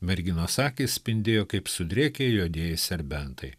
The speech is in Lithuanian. merginos akys spindėjo kaip sudrėkę juodieji serbentai